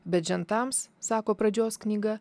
bet žentams sako pradžios knyga